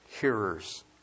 hearers